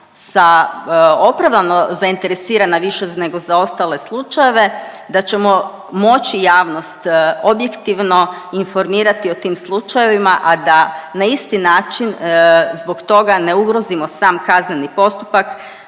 sa opravdano zainteresirana više nego za ostale slučajeve, da ćemo moći javnost objektivno informirati o tim slučajevima, a da na isti način zbog toga ne ugrozimo sam kazneni postupak